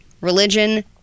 religion